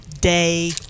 day